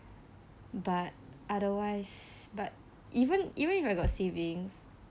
but otherwise but even even if I got savings